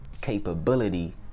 capability